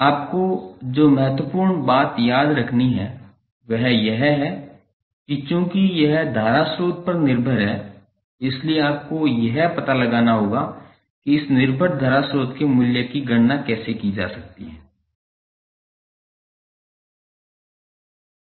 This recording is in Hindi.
आपको जो महत्वपूर्ण बात याद रखनी है वह यह है कि चूंकि यह धारा स्रोत पर निर्भर है इसलिए आपको यह पता लगाना होगा कि इस निर्भर धारा स्रोत के मूल्य की गणना कैसे की जाएगी